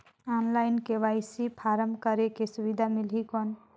Online KYC form करेके सुविधा मिली कौन?